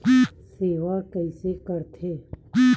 सेवा कइसे करथे?